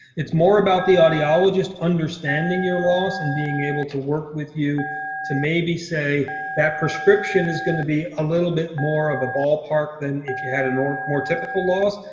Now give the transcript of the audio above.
it's more about the audiologist understanding your loss and being able to work with you to maybe say that prescription is going to be a little bit more of a ballpark than if you had and a more typical loss,